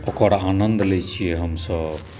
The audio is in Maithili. ओकर आनन्द लै छियै हमसब